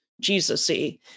Jesus-y